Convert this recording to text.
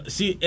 See